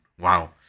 Wow